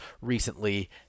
recently